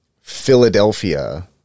Philadelphia